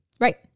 Right